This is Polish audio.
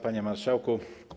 Panie Marszałku!